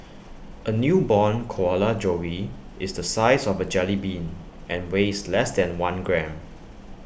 A newborn koala joey is the size of A jellybean and weighs less than one gram